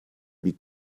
wie